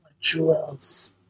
jewels